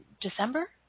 December